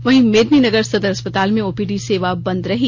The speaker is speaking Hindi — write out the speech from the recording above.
वहीं मेदिनीनगर सदर अस्पताल में ओपीडी सेवा बंद रहीं